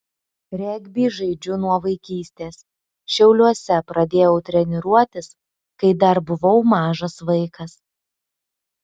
regbį žaidžiu nuo vaikystės šiauliuose pradėjau treniruotis kai dar buvau mažas vaikas